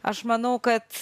aš manau kad